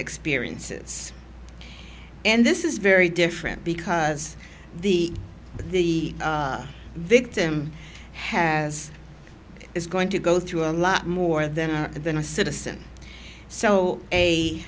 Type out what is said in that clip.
experiences and this is very different because the the victim has is going to go through a lot more than that than a citizen so a